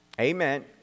Amen